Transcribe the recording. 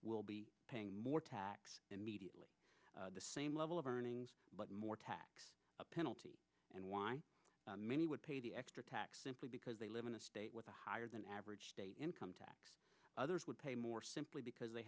will be paying more tax immediately the same level of earnings but more tax penalty and why many would pay the extra tax simply because they live in a state with a higher than average income tax others would pay more simply because they